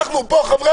אנחנו, חברי